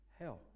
hell